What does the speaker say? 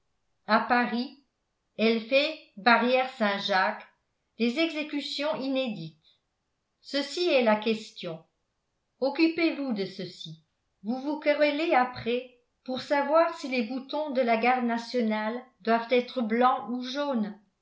à paris elle fait barrière saint-jacques des exécutions inédites ceci est la question occupez-vous de ceci vous vous querellerez après pour savoir si les boutons de la garde nationale doivent être blancs ou jaunes